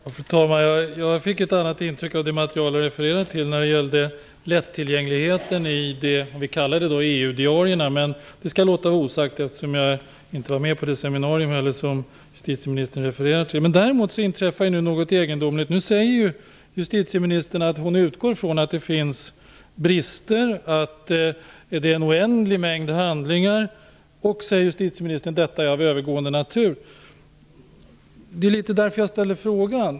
Fru talman! Jag fick ett annat intryck av det material jag refererade till när det gällde lättillgängligheten i det vi kallade EU-diarierna. Men det skall jag låta vara osagt, eftersom jag inte var med på det seminarium som justitieministern refererade till. Däremot inträffar något egendomligt nu. Justitieministern säger att hon utgår från att det finns brister, att det är en oändlig mängd handlingar och att detta är av övergående natur. Det var litet därför jag ställde frågan.